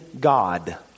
God